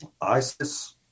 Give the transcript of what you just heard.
Isis